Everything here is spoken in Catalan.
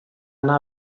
anar